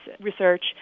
research